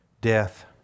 death